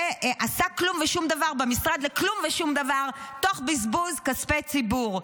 ועשה כלום ושום דבר במשרד לכלום ושום דבר תוך בזבוז כספי ציבור,